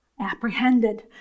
apprehended